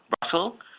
Brussels